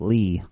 Lee